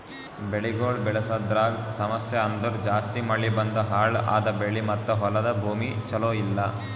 ಬೆಳಿಗೊಳ್ ಬೆಳಸದ್ರಾಗ್ ಸಮಸ್ಯ ಅಂದುರ್ ಜಾಸ್ತಿ ಮಳಿ ಬಂದು ಹಾಳ್ ಆದ ಬೆಳಿ ಮತ್ತ ಹೊಲದ ಭೂಮಿ ಚಲೋ ಇಲ್ಲಾ